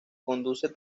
conduce